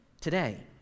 today